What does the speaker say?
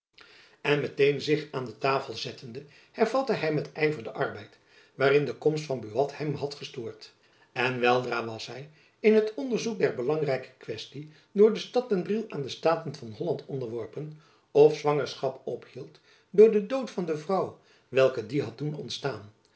en meteen zich aan de tafel zettende hervatte hy met yver den arbeid waarin de komst van buat hem had gestoord en weldra was hy in het onderzoek der belangrijke kwestie door de stad den briel aan de staten van holland onderworpen of zwagerschap ophield door den dood van de vrouw welke die had doen ontstaan